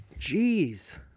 Jeez